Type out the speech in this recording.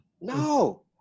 No